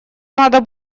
надо